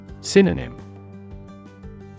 Synonym